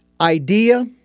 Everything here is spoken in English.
idea